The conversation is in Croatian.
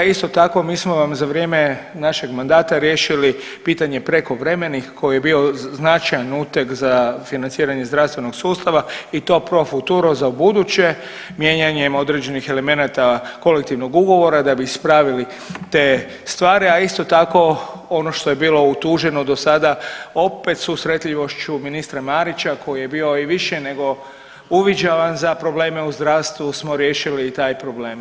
Isto tako mi smo vam za vrijeme našeg mandata riješili pitanje prekovremenih koji je bio značajan uteg za financiranje zdravstvenog sustava i to profuturo za ubuduće mijenjanjem određenih elemenata kolektivnog ugovora da bi ispravili te stvari, a isto tako ono što je bilo utuženo dosada opet susretljivošću ministra Marića koji je bio i više nego uviđavan za probleme u zdravstvu smo riješili i taj problem.